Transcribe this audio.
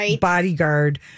bodyguard